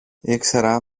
ήξερα